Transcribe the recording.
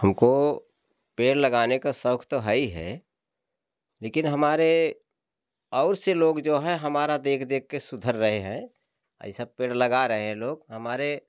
हमको पेड़ लगाने का शौक तो है ही है लेकिन हमारे और से लोग जो है हमारा देख देख के सुधर रहे हैं ऐसा पेड़ लगा रहे हैं लोग हमारे